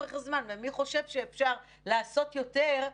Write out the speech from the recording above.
בשביל שנצא מהמערכות האלה טוב יותר.